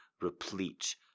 replete